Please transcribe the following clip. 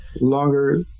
longer